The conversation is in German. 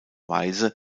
weise